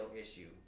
issue